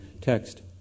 text